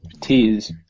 tease